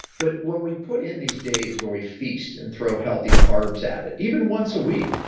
but when we put in these days when we feast and throw healthy carbs at it, even once a week,